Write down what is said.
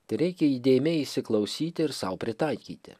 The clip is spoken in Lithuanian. tereikia įdėmiai įsiklausyti ir sau pritaikyti